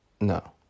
No